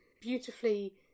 beautifully